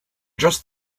just